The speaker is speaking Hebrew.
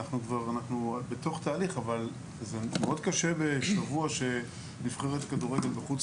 אנחנו בתוך תהליך אבל בשבוע שנבחרת כדורגל בחוץ